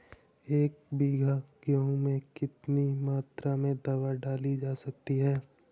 एक बीघा गेहूँ में कितनी मात्रा में दवा डाली जा सकती है?